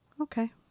Okay